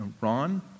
Ron